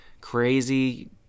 crazy